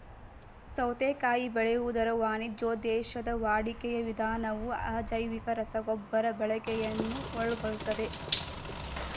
ಸೌತೆಕಾಯಿ ಬೆಳೆಯುವುದರ ವಾಣಿಜ್ಯೋದ್ದೇಶದ ವಾಡಿಕೆಯ ವಿಧಾನವು ಅಜೈವಿಕ ರಸಗೊಬ್ಬರ ಬಳಕೆಯನ್ನು ಒಳಗೊಳ್ತದೆ